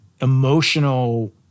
emotional